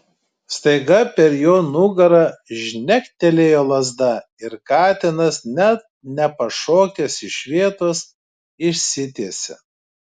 staiga per jo nugarą žnektelėjo lazda ir katinas net nepašokęs iš vietos išsitiesė